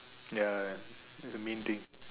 ya ya ya that's the main thing